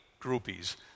groupies